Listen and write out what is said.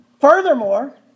Furthermore